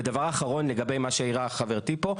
ודבר אחרון לגבי מה שהערה חברתי פה,